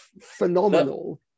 phenomenal